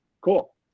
Cool